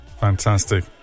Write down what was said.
Fantastic